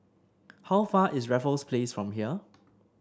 how far is Raffles Place from here